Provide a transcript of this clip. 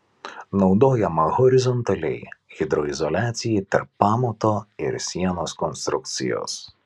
naudojama horizontaliai hidroizoliacijai tarp pamato ir sienos konstrukcijos